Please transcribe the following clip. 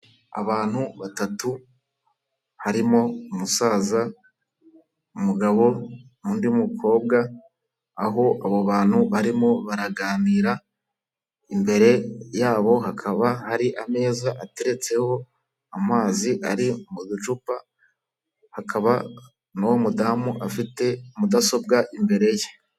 Abantu batatu; harimo umusaza, umugabo, n'undi mukobwa, aho abo bantu barimo baraganira, imbere yabo hakaba hari ameza ateretseho amazi ari mu ducupa, hakaba n'uwo mudamu afite mudasobwa imbere ye.